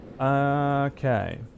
Okay